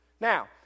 Now